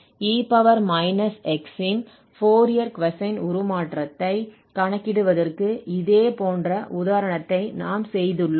e−x இன் Fourier cosine உருமாற்றத்தை கணக்கிடுவதற்கு இதே போன்ற உதாரணத்தை நாம் செய்துள்ளோம்